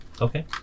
Okay